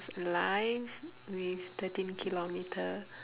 ~s live with thirteen kilometer